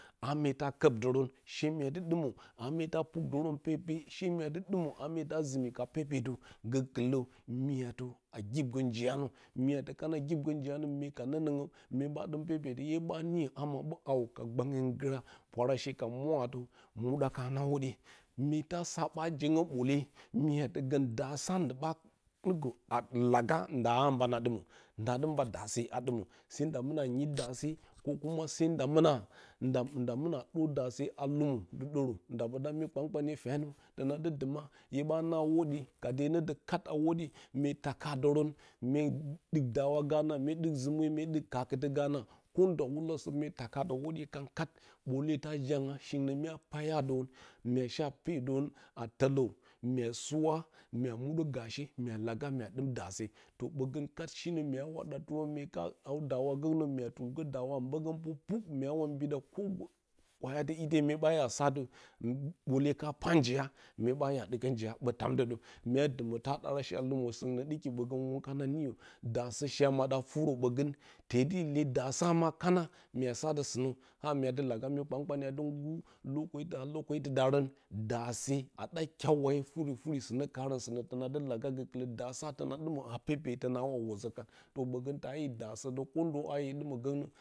A myeta kobdərən she mya ɗɨ dɨmə a mye ta pukdərə pepe she mya dɨ dɨmə a mya ta zɨmi ka pepetə gəkɨlə myatəa gibgə njiya nə myatə kana gibgə njiyanə mye kanənogm mya ɓa dɨm pepetə hye ɓa niyə amma hawo ka gbangye ngura pwara she ka mu lawuɗa ka rə a hwodiye mye ta sa ɓa jongyo ɓole mualə gə daasa ndɨɓa dɨmə a laga nda mban a dɨmə ndadɨ mba daase a dɨmə se nda mɨna yɨ daase ko kuma se nda mɨna nda mɨna nda mɨna dor daase a lɨmə du doro nda bə ɗa mui kankanniye fyanon donadɨ dɨma hye ɓa na hodina kade nə də kat a hodiye mye takadərən mye ɗɨk dawa ganə mye dik zume mye dɨk kakɨtə ganaa kondawulasə mye takadə hwodiye kan kat bole tajangyu shiungnə mya payadərən mya sha pedərə mya tolə mya suwa mya muɗə gashe mya laga mya dɨ daare to bogə shi nə kat mua wa ɗatirə mya ka haw dawa gougnə mya ful gə dawa a ɓogə pukpuk mua wa mbida ko ite mue ba sabo bole ka paa njiya mue ɓa ɗɨkə anjiya ɓə tamdəda mya dɨmə dara she a lɨmə soungnə dɨki gbogə wunkana niyə daassə she a maɗa forə ɓogə jedi le daasa sa ma kana muu sa tɨ sɨ nə a mya dɨ laga myi kaukpanye a du ngɨr ko darə daare a ɗa kyawa ye furi furi suunə karə sunə tonədɨ laga gokɨlə daara to na dɨmə a pepeyə tonawa wozokan ɓogə tayo duasə də kondoa hye dɨmə gonnə.